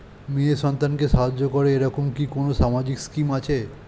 মেয়ে সন্তানকে সাহায্য করে এরকম কি কোনো সামাজিক স্কিম আছে?